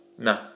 no